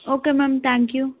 okay ma'am thank you